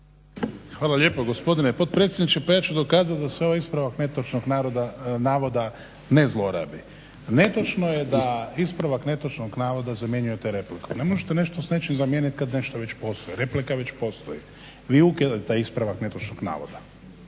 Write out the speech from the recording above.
Hvala lijepa gospodine potpredsjedniče. Pa ja ću dokazati da se ovaj ispravak netočnog navoda ne zlorabi. Netočno je da ispravak netočnog navoda zamjenjuje te replikom, ne možete nešto s nečim zamijeniti kada nešto već postoji, replika već postoji. Vi ukidate taj ispravak netočnog navoda.